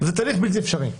זה תהליך בלתי אפשרי.